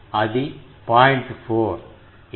4 ఇవి 22